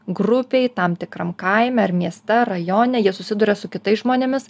grupėj tam tikram kaime ar mieste rajone jie susiduria su kitais žmonėmis